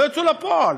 לא יצאו לפועל.